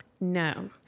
No